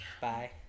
Bye